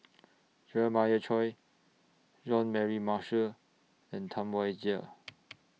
Jeremiah Choy Jean Mary Marshall and Tam Wai Jia